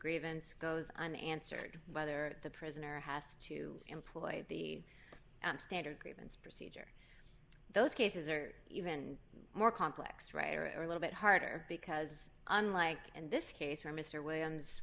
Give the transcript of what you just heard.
grievance goes on answered whether the prisoner has to employ the standard grievance procedure those cases are even more complex ray or a little bit harder because unlike in this case where mr williams